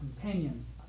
companions